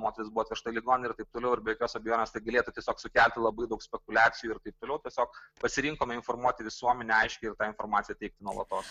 moteris buvo atvežta į ligoninę ir taip toliau ir be jokios abejonės tai galėtų tiesiog sukelti labai daug spekuliacijų ir taip toliau tiesiog pasirinkome informuoti visuomenę aiškiai ir tą informaciją teikti nuolatos